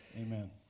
Amen